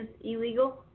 illegal